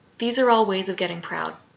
these are all ways of getting proud.